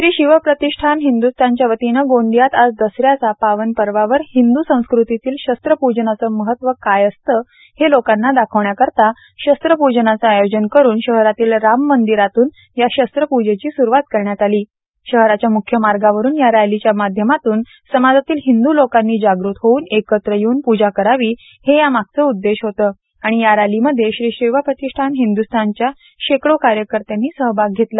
श्री शिवप्रतिष्ठान हिंदुस्थानच्या वतीने गोंदियात आज दसऱ्याच्या पावन पर्वावर हिंदु संस्कृतीतील शस्त्र पूजनाचे महत्व काय असते हे लोकांना दाखविण्या करिता शत्र पूजनाचे आयोजन करून शहरातील राम मंदिरातून या शत्रप्जेची स्रवात करण्यात आली असून शहराच्या म्ख्य मार्गावरून या रैलीच्या माध्यमातून स्माजीतील हिंदू लोकांनी जाग़त होवून एकत्र येवून पूजा करवी हे या मागचे उदेश होते आणि या रैली मध्ये श्री शिवप्रतिष्ठान हिंदुस्थानच्या शेकडो कार्यकरते सहभागी झाले